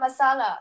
masala